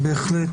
אני בהחלט